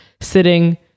sitting